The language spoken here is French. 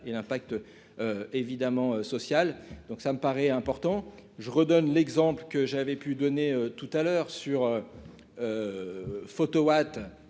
et l'impact évidemment social, donc ça me paraît important je redonne l'exemple que j'avais pu donner tout à l'heure sur Photowatt